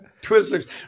Twizzlers